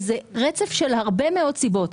וזה רצף של הרבה מאוד סיבות.